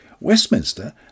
Westminster